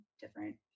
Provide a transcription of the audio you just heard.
different